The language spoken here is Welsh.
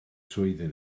trwyddyn